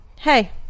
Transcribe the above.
hey